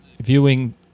viewing